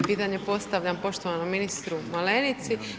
Pitanje postavljam poštovanom ministru Malenici.